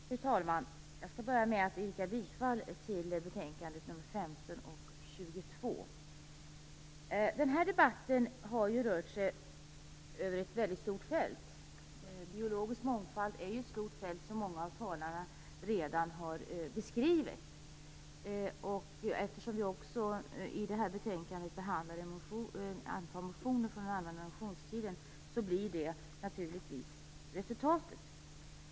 Fru talman! Jag skall börja med att yrka bifall till betänkandena nr 15 och nr 22. Den här debatten har rört sig över ett stort fält. Biologisk mångfald är ju ett stort fält som många av talarna redan har beskrivit. Eftersom vi också i det här betänkandet behandlar ett antal motioner från den allmänna motionstiden blir det naturligtvis resultatet.